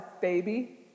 baby